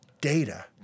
data